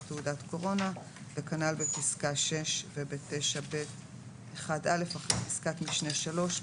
תעודת קורונה"; וכנ"ל בפסקה (6) וב-9ב(1)(א) אחרי פסקת משנה (3)